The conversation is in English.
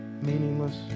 meaningless